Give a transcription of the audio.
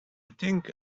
think